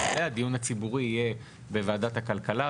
במקרה הדיון הציבורי יהיה בוועדת הכלכלה,